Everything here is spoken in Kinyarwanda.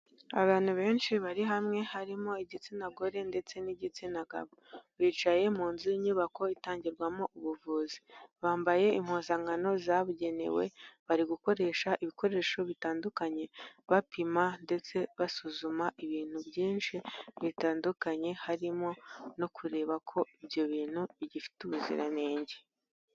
Abantu benshi bari hamwe harimo igitsina gore ndetse n'igitsina gabo. Bicaye mu nzu y'inyubako itangirwamo ubuvuzi. Bambaye impuzankano zabugenewe, bari gukoresha ibikoresho bitandukanye bapima ndetse basuzuma ibintu byinshi bitandukanye, harimo no kureba ko ibyo bintu bigifite ubuziranenge.